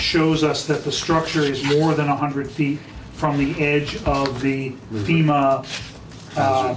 shows us that the structure is more than one hundred feet from the edge of the